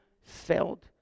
felt